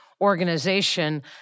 organization